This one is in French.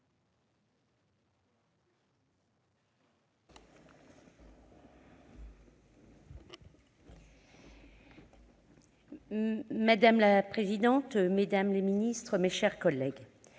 Madame la présidente, mesdames les ministres, mes chers collègues,